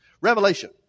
Revelation